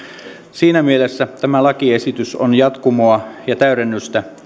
siinä mielessä tämä lakiesitys on jatkumoa ja täydennystä